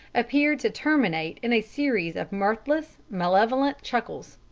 appeared to terminate in a series of mirthless, malevolent chuckles.